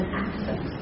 access